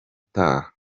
utaha